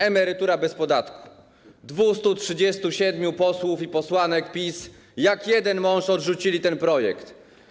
Emerytura bez podatku - 237 posłów i posłanek PiS jak jeden mąż odrzuciło ten projekt.